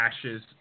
ashes